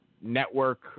network